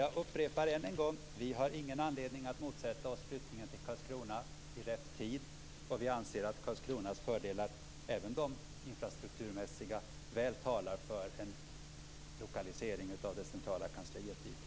Jag upprepar än en gång att vi inte har någon anledning att motsätta oss flyttningen till Karlskrona i rätt tid. Vi anser att Karlskronas fördelar, även de infrastrukturmässiga, väl talar för en lokalisering av det centrala kansliet dit.